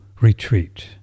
retreat